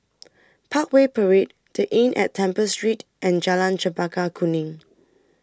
Parkway Parade The Inn At Temple Street and Jalan Chempaka Kuning